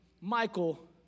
Michael